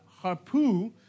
harpu